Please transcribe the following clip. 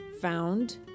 found